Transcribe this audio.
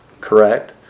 Correct